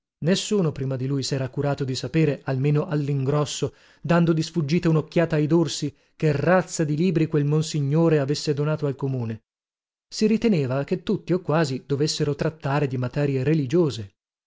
nessuno prima di lui sera curato di sapere almeno allingrosso dando di sfuggita unocchiata ai dorsi che razza di libri quel monsignore avesse donato al comune si riteneva che tutti o quasi dovessero trattare di materie religiose